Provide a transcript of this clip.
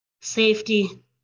safety